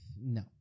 no